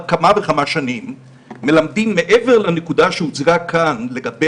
נישואים אזרחיים בוועדה שעוסקת בשירותי